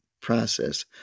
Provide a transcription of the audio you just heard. process